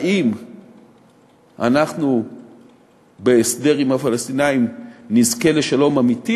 האם אנחנו בהסדר עם הפלסטינים נזכה לשלום אמיתי